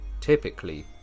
typically